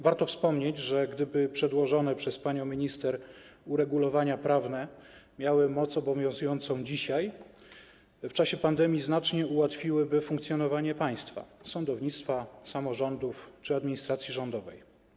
Warto wspomnieć, że gdyby przedłożone przez panią minister uregulowania prawne miały moc obowiązującą dzisiaj, w czasie pandemii, znacznie ułatwiłyby funkcjonowanie państwa - sądownictwa, samorządów czy administracji rządowej.